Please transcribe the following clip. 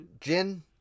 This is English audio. Gin